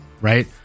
right